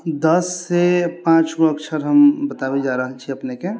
दस से पांच गो अक्षर हम बताबे जा रहल छी अपने के